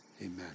Amen